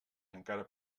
encara